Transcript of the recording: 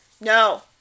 no